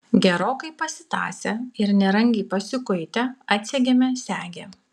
gerokai pasitąsę ir nerangiai pasikuitę atsegėme segę